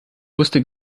wusste